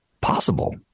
possible